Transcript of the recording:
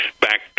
back